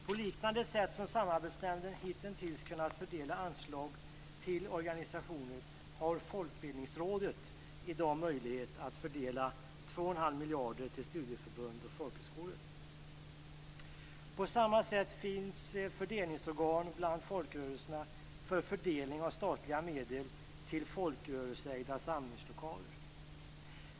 På liknande sätt som Samarbetsnämnden hitintills har kunnat fördela anslag till organisationer har Folkbildningsrådet i dag möjlighet att fördela 2 1⁄2 miljarder till studieförbund och folkhögskolor.